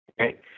okay